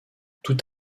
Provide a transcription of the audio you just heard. tout